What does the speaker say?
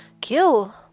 kill